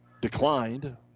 declined